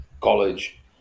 college